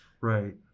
Right